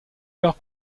alors